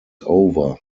over